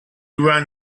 run